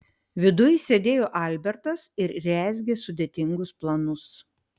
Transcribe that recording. viduj sėdėjo albertas ir rezgė sudėtingus planus